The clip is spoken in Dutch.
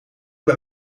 ben